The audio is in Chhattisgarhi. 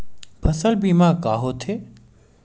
फसल बीमा का होथे?